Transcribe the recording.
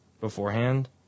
beforehand